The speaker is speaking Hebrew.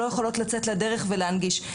לא יכולות לצאת לדרך ולהנגיש,